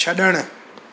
छड॒णु